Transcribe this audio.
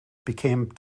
became